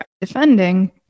defending